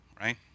right